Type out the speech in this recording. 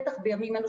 בטח בימים אלו,